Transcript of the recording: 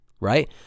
right